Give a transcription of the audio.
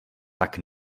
tak